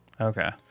Okay